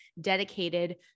dedicated